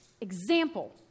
example